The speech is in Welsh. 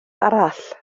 arall